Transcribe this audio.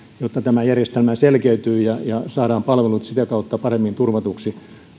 jotta järjestelmä selkeytyy ja saadaan palvelut sitä kautta paremmin turvatuksi